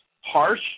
Harsh